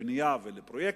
לבנייה ולפרויקטים.